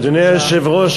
אדוני היושב-ראש,